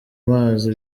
mazi